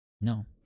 No